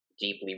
deeply